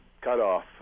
cutoff